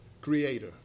creator